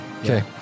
Okay